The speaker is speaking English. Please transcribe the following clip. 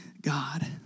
God